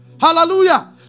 Hallelujah